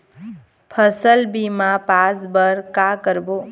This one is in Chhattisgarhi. फसल बीमा पास बर का करबो?